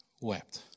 wept